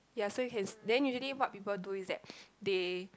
ya so you can then usually what people do is that they